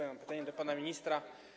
Ja mam pytanie do pana ministra.